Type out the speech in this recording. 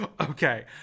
Okay